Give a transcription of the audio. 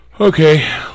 okay